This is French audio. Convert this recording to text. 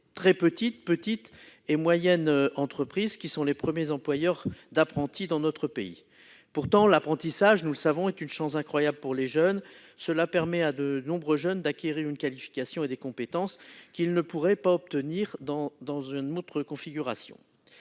très petites, petites et moyennes entreprises, qui sont les premiers employeurs d'apprentis. Pourtant, l'apprentissage, nous le savons, est une chance incroyable pour les jeunes : il permet à nombre d'entre eux d'acquérir une qualification et des compétences qu'ils ne pourraient pas obtenir dans un autre cadre.